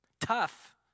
Tough